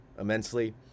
immensely